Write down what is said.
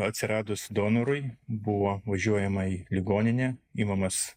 atsiradus donorui buvo važiuojama į ligoninę imamas